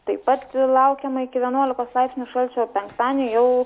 taip pat laukiama iki vienuolikos laipsnių šalčio penktadienį jau